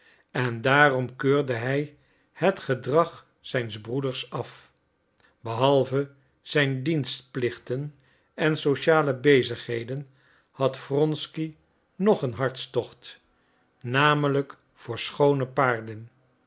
en daarom keurde hij het gedrag zijns broeders af behalve zijn dienstplichten en sociale bezigheden had wronsky nog een hartstocht namelijk voor schoone paarden